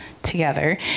together